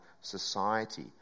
society